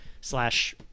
slash